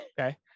okay